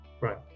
right